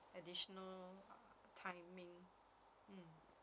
additional timing mm